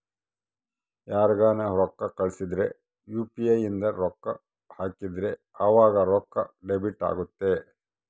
ಯಾರ್ಗನ ರೊಕ್ಕ ಕಳ್ಸಿದ್ರ ಯು.ಪಿ.ಇ ಇಂದ ರೊಕ್ಕ ಹಾಕಿದ್ರ ಆವಾಗ ರೊಕ್ಕ ಡೆಬಿಟ್ ಅಗುತ್ತ